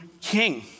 king